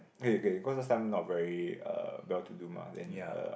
okay okay cause last time not very uh well to do mah then uh